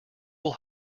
will